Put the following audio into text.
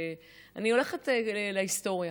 אני הולכת להיסטוריה,